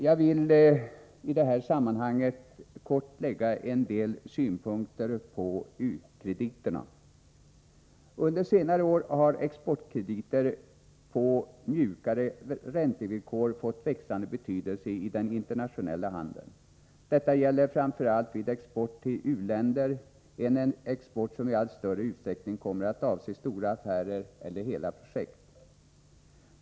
Jag vill i detta sammanhang kort anlägga några synpunkter på u-krediterna. Under senare år har exportkrediter på mjukare räntevillkor fått växande betydelse i den internationella handeln. Detta gäller framför allt vid export till u-länder, en export som i allt större utsträckning kommit att avse stora affärer eller hela projekt.